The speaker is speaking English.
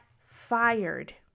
fired